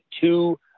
two